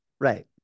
Right